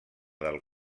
del